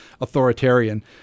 authoritarian